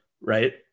right